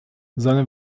seine